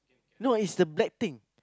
no is the black thing